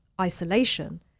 isolation